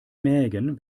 mägen